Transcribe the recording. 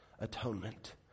atonement